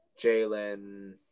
Jalen